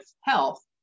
health